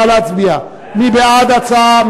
נא להצביע מי בעד ההצעה,